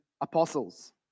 apostles